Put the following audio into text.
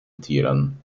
tieren